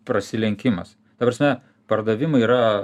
prasilenkimas ta prasme pardavimai yra